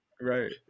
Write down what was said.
Right